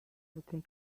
within